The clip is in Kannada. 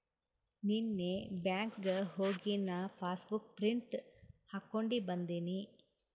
ನೀನ್ನೇ ಬ್ಯಾಂಕ್ಗ್ ಹೋಗಿ ನಾ ಪಾಸಬುಕ್ ಪ್ರಿಂಟ್ ಹಾಕೊಂಡಿ ಬಂದಿನಿ